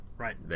Right